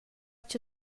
cha